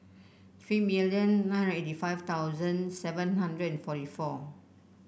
three million nine hundred and eighty five thousand seven hundred and forty four